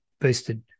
boosted